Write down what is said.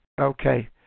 Okay